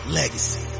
legacy